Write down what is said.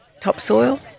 topsoil